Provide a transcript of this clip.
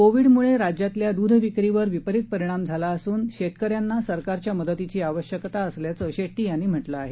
कोविडमुळे राज्यातल्या दूधविक्रीवर विपरीत परिणाम झाला असून शेतकऱ्यांना सरकारच्या मदतीची आवश्यकता असल्याचं शेट्टी यांनी म्हटलं आहे